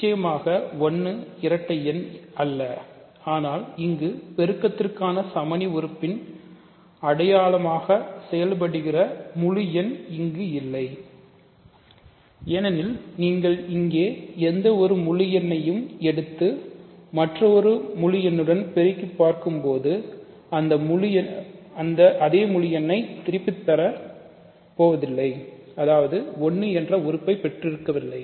நிச்சயமாக 1 இரட்டை எண் இல்லைஆனால் இங்கு பெருக்கத்திற்கான சமணி உறுப்பின் அடையாளமாக செயல்படுகிற முழு எண் இல்லை ஏனெனில் நீங்கள் இங்கே உள்ள எந்தவொரு முழு எண்ணையும் எடுத்து மற்ற முழு எண்ணுடன் பெருக்கி பார்க்கும்போது அந்த முழு எண்ணைத் திருப்பித் தரப்போவதில்லைஅதாவது 1 என்ற ஒரு உறுப்பை பெற்றிருக்கவில்லை